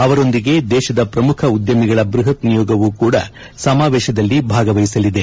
ಅವರೊಂದಿಗೆ ದೇಶದ ಪ್ರಮುಖ ಉದ್ಯಮಿಗಳ ಬೃಹತ್ ನಿಯೋಗವೂ ಕೂಡ ಸಮಾವೇಶದಲ್ಲಿ ಭಾಗವಹಿಸಲಿದೆ